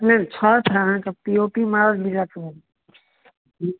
नहि छत है अहाँके पी ओ पी मारल मिलत